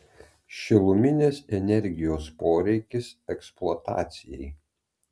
šiluminės energijos poreikis eksploatacijai